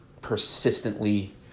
persistently